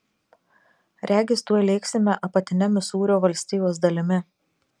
regis tuoj lėksime apatine misūrio valstijos dalimi